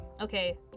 Okay